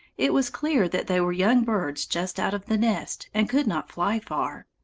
it was clear that they were young birds just out of the nest and could not fly far.